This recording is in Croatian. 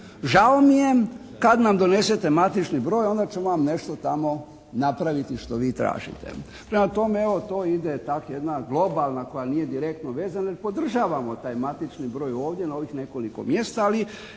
«Žao mi je, kad nam donesete matični broj onda ćemo vam nešto tamo napraviti što vi tražite». Prema tome evo to ide tak jedna globalna koja nije direktno vezana jer podržavamo taj matični broj ovdje, na ovih nekoliko mjesta ali